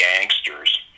gangsters